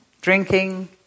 drinking